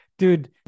Dude